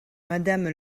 madame